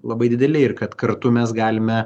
labai dideli ir kad kartu mes galime